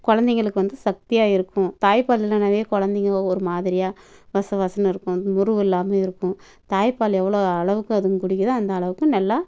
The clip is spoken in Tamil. குலந்தைங்களுக்கு வந்து சக்தியாக இருக்கும் தாய்ப்பால் இல்லைன்னாவே குலந்தைங்க ஒரு மாதிரியாக வசவசன்னு இருக்கும் முருவு இல்லாமையும் இருக்கும் தாய்ப்பால் எவ்வளோ அளவுக்கு அதுங்கள் குடிக்குதோ அந்த அளவுக்கு நல்லா